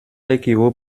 équivaut